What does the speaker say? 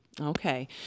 Okay